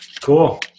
Cool